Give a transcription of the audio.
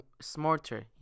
smarter